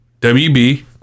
WB